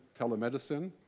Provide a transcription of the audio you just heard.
telemedicine